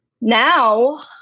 now